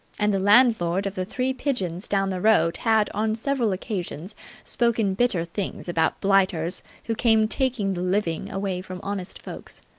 and the landlord of the three pigeons down the road had on several occasions spoken bitter things about blighters who came taking the living away from honest folks.